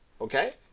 Okay